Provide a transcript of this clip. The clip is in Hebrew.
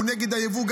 הוא גם נגד היבוא,